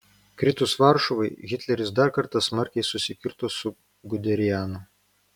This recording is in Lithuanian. kritus varšuvai hitleris dar kartą smarkiai susikirto su guderianu